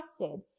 trusted